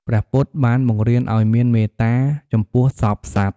ព្រះពុទ្ធបានបង្រៀនឱ្យមានមេត្តាចំពោះសព្វសត្វ។